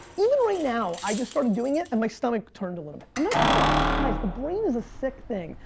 even right now, i just started doing it, and my stomach turned a little bit. i'm not kidding! guys, the brain is a sick thing,